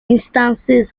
instances